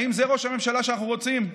האם זה ראש הממשלה שאנחנו רוצים?